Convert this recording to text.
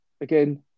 again